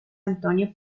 antonio